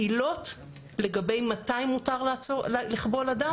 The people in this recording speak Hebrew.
העילות לגבי מתי מותר לכבול אדם,